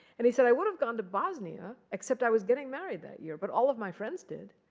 and he said, i would have gone to bosnia, except i was getting married that year. but all of my friends did.